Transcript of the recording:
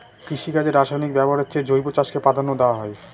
কৃষিকাজে রাসায়নিক ব্যবহারের চেয়ে জৈব চাষকে প্রাধান্য দেওয়া হয়